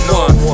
one